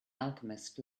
alchemist